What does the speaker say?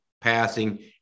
passing